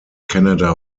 canada